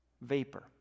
vapor